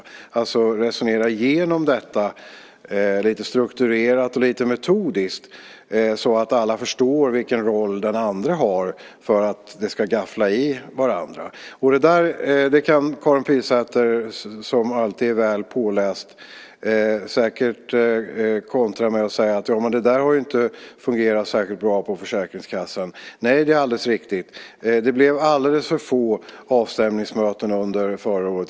Det gäller alltså att resonera igenom detta lite strukturerat och lite metodiskt så att alla förstår vilken roll den andre har för att det så att säga ska gaffla i varandra. Där kan Karin Pilsäter, som alltid är väl påläst, säkert kontra och säga: Ja, men det har ju inte fungerat särskilt bra på Försäkringskassan. Nej, det är alldeles riktigt. Det blev alldeles för få avstämningsmöten förra året.